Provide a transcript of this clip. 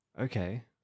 Okay